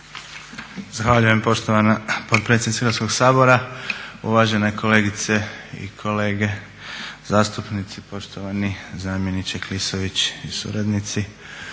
Zahvaljujem poštovana potpredsjednice Hrvatskoga sabora, uvažene kolegice i kolege zastupnici, poštovani zamjeniče Klisović i suradnici.